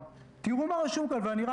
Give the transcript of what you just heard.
אם יוציאו